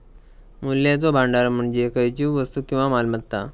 मूल्याचो भांडार म्हणजे खयचीव वस्तू किंवा मालमत्ता